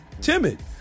timid